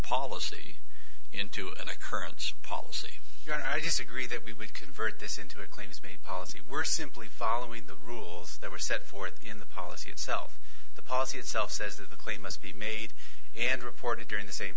policy into an occurrence policy and i disagree that we would convert this into a claims made policy were simply following the rules that were set forth in the policy itself the policy itself says that the claim must be made and reported during the same